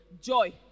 joy